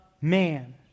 man